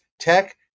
tech